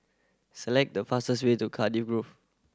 select the fastest way to Cardiff Grove